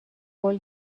قول